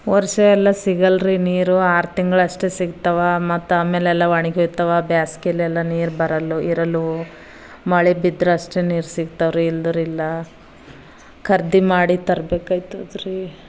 ವರ್ಷ ಎಲ್ಲ ಸಿಗಲ್ರಿ ನೀರು ಆರು ತಿಂಗಳಷ್ಟೆ ಸಿಗ್ತಾವ ಮತ್ತು ಆಮೇಲೆಲ್ಲ ಒಣ್ಗಿ ಹೊಯ್ತಾವ ಬೇಸಿಗೆಯಲ್ಲೆಲ್ಲ ನೀರು ಬರಲ್ಲೊ ಇರಲು ಮಳೆ ಬಿದ್ರೆ ಅಷ್ಟೆ ನೀರು ಸಿಗ್ತಾವ್ರಿ ಇಲ್ದಿದ್ರೆ ಇಲ್ಲ ಖರೀದಿ ಮಾಡಿ ತರ್ಬೇಕು ಆಯ್ತದ್ರಿ